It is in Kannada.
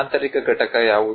ಆಂತರಿಕ ಘಟಕ ಯಾವುದು